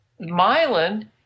myelin